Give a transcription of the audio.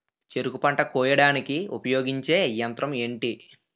చెరుకు పంట కోయడానికి ఉపయోగించే యంత్రం ఎంటి?